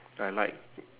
I like